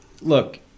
look